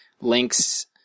links